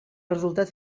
resultat